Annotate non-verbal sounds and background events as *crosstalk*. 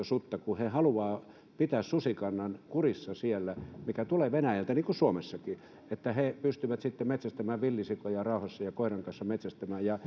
*unintelligible* sutta kun he haluavat pitää siellä kurissa susikannan mikä tulee venäjältä niin kuin suomessakin että he pystyvät sitten metsästämään villisikoja rauhassa ja koiran kanssa metsästämään